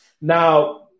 Now